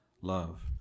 love